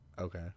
Okay